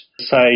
say